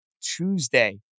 Tuesday